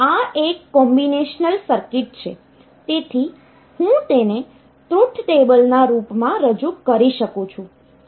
આ એક combinational circuit છે તેથી હું તેને ટ્રુથ ટેબલ ના રૂપમાં રજૂ કરી શકું છું